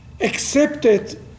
accepted